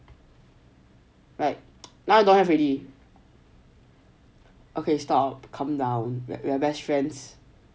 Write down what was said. like now don't have already okay stop calm down like we're best friends